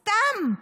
סתם.